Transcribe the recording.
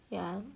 yeah